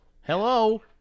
Hello